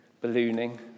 ballooning